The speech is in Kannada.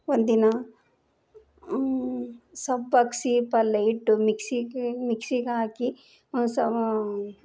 ಒಂದು ದಿನ ಸೊಪ್ಪು ಬಗ್ಗಿಸಿ ಪಲ್ಲೆ ಇಟ್ಟು ಮಿಕ್ಸಿಗೆ ಮಿಕ್ಸಿಗಾಕಿ